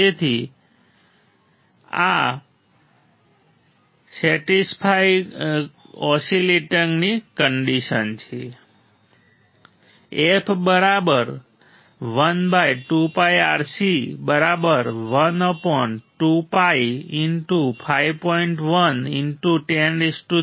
તેથી f જે 31